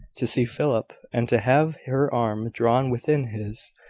to see philip, and to have her arm drawn within his!